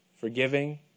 forgiving